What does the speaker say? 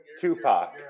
Tupac